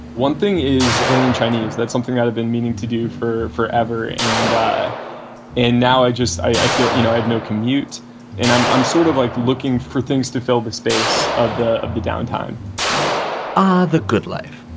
one thing is learning chinese. that's something i've been meaning to do for forever. and and now i just i feel, you know, i've no commute and i'm i'm sort of like looking for things to fill the space of the of the downtime ah the good life.